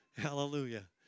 Hallelujah